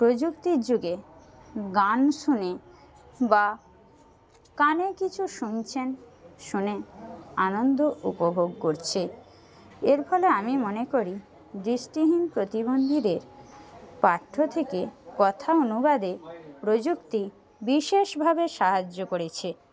প্রযুক্তির যুগে গান শুনে বা কানে কিছু শুনছেন শুনে আনন্দ উপভোগ করছে এর ফলে আমি মনে করি দৃষ্টিহীন প্রতিবন্ধীদের পাঠ্য থেকে কথা অনুবাদে প্রযুক্তি বিশেষভাবে সাহায্য করেছে